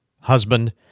husband